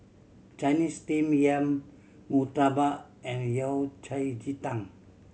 Chinese Steamed Yam murtabak and Yao Cai ji tang